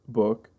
book